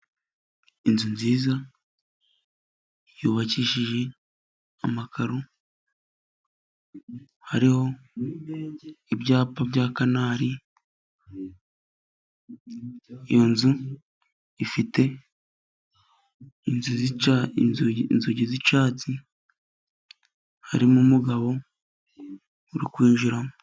Inzu nziza yubakishije amakaro hariho ibyapa bya kanari, iyo nzu ifite inzu z'ica inzu inzugi z'icyatsi harimo umugabo uri kwinjiramo.